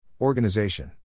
Organization